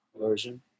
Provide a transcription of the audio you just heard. version